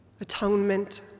atonement